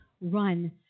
run